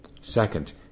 Second